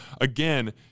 again